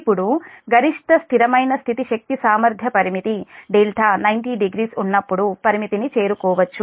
ఇప్పుడు గరిష్ట స్థిరమైన స్థితి శక్తి సామర్థ్య పరిమితి δ 900 ఉన్నప్పుడు పరిమితిని చేరుకోవచ్చు